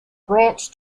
branch